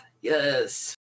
Yes